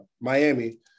Miami